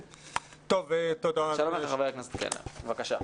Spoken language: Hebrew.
שלום לך חבר הכנסת קלנר, בבקשה.